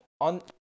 On